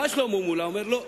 בא שלמה מולה, אומר: לא,